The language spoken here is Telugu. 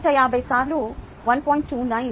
29